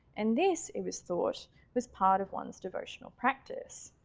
and this it was thought was part of one's devotional practice.